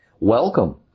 Welcome